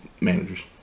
managers